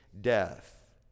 death